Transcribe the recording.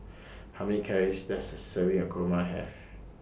How Many Calories Does A Serving of Kurma Have